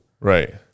Right